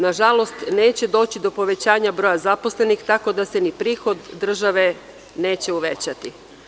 Nažalost, neće doći do povećanja broja zaposlenih, tako da se ni prihod države neće uvećati.